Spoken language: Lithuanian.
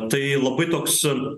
tai labai toks